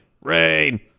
rain